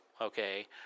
okay